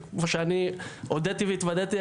וכמו שאני הודיתי והתוודיתי,